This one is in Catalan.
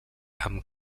amb